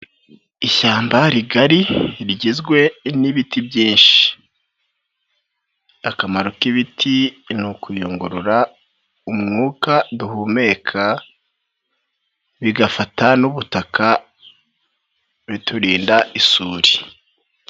Ishyamba rigari rigizwe n'ibiti. Akamaro k'ibiti ni ukuyungurura umwuka duhumeka, bigafata n'ubutaka, biturinda isuri.